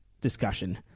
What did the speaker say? discussion